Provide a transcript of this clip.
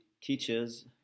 teaches